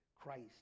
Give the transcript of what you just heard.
Christ